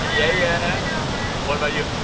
yeah yeah and over what about you?